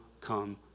come